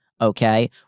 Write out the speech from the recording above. okay